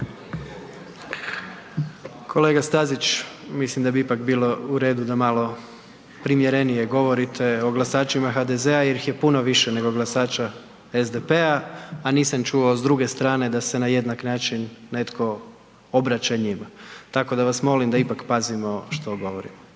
Kolega Stazić, mislim da bi ipak bilo u redu da malo primjerenije govorite o glasačima HDZ-a jer ih je puno više nego glasača SDP-a, a nisam čuo s druge strane da se na jednak način netko obraća njima, tako da vas molim da ipak pazimo što govorimo.